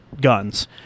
guns